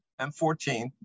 M14